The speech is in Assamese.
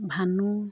ভানু